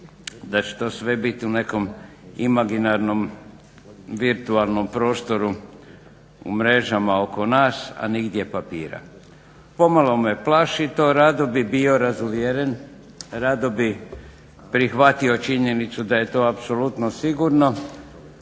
da će to sve biti u nekom imaginarnom virtualnom prostoru, u mrežama oko nas, a nigdje papira. Pomalo me plaši to. Rado bih bio razuvjeren, rado bih prihvatio činjenicu da je to apsolutno sigurno,